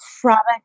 product